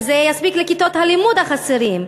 אם זה יספיק לכיתות הלימוד החסרות,